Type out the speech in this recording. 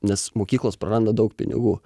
nes mokyklos praranda daug pinigų